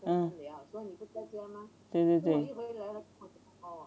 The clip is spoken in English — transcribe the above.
嗯对对对